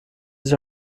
sich